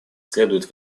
следует